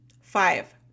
Five